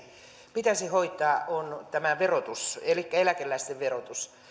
pitäisi hoitaa on tämä verotus elikkä eläkeläisten verotus